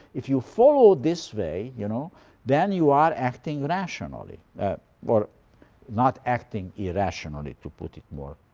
if you follow this way, you know then you are acting rationally or not acting irrationally, to put it more.